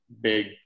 big